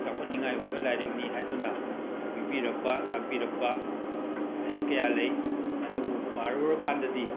ꯆꯥꯎꯈꯠꯅꯤꯉꯥꯏ ꯑꯣꯏꯕ ꯂꯥꯏꯔꯤꯛꯅꯤ ꯍꯥꯏꯗꯨꯅ ꯄꯤꯕꯤꯔꯛꯄ ꯇꯥꯛꯄꯤꯔꯛꯄ ꯂꯥꯏꯔꯤꯛ ꯀꯌꯥ ꯂꯩ ꯑꯗꯨꯕꯨ ꯄꯥꯔꯨꯔꯀꯥꯟꯗꯗꯤ